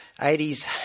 80's